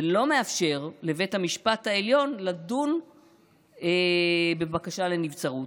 ולא מאפשר לבית המשפט העליון לדון בבקשה לנבצרות.